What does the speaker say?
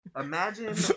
imagine